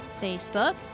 Facebook